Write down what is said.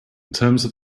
terms